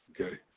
okay